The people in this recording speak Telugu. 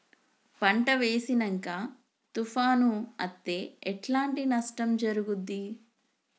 పంట వేసినంక తుఫాను అత్తే ఎట్లాంటి నష్టం జరుగుద్ది?